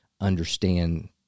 understand